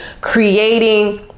creating